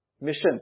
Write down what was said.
mission